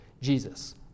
Jesus